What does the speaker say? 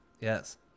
Yes